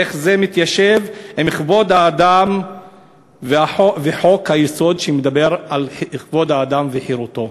איך זה מתיישב עם כבוד האדם וחוק-היסוד שמדבר על כבוד האדם וחירותו?